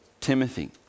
Timothy